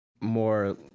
more